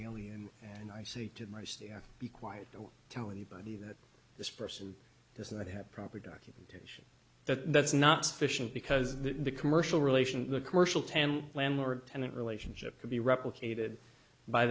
alien and i say to be quiet don't tell anybody that this person does not have proper documented that that's not sufficient because the commercial relation the commercial tam landlord tenant relationship could be replicated by